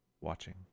watching